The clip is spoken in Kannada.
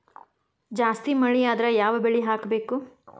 ಜಾಸ್ತಿ ಮಳಿ ಆದ್ರ ಯಾವ ಬೆಳಿ ಹಾಕಬೇಕು?